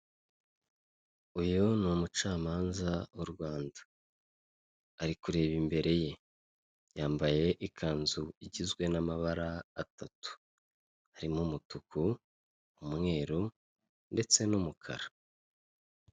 uyu ni umucamanza w'u Rwanda, ari kureba imbere ye, yambaye ikanzu igizwe n'amabara atatu: harimo umutuku, umweru ndetse n'umukara.